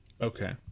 Okay